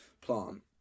plant